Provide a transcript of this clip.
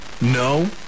No